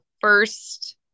first